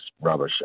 rubbish